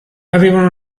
avevano